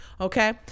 Okay